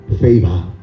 favor